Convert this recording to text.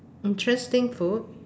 interesting food